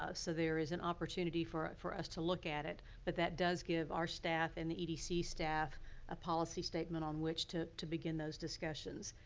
ah so, there is an opportunity for for us to look at it. but that does give our staff and the edc staff a policy statement on which to to begin those discussions.